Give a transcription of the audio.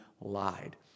lied